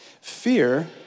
Fear